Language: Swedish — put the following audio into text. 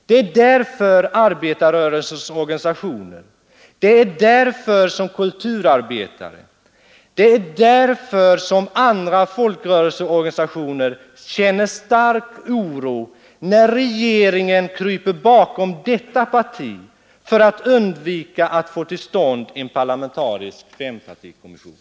Det är därför arbetarrörelsens organisationer, kulturarbetare och andra folkrörelseorganisationer känner stark oro när regeringen kryper bakom detta parti för att undvika att få till stånd en parlamentarisk fempartikommission.